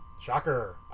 Shocker